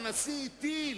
או הנשיא הטיל,